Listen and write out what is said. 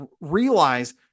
realize